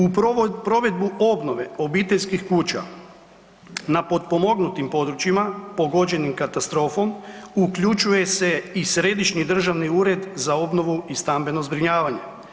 U provedbi obnove obiteljskih kuća na potpomognutim područjima pogođenim katastrofom, uključuje se i Središnji državni ured za obnovu i stambeno zbrinjavanje.